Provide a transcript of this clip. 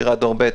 שיר"ה דור ב',